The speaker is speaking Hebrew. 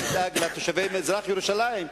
בואו נדאג לתושבי מזרח-ירושלים,